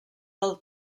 del